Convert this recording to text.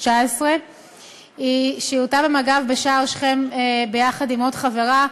19. היא שירתה במג"ב בשער שכם ביחד עם עוד חברה.